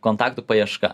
kontaktų paieška